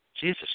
Jesus